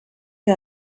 que